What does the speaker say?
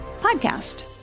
podcast